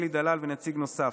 אלי דלל ונציג נוסף,